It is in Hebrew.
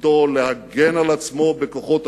יכולתו להגן על עצמו בכוחות עצמו,